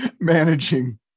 Managing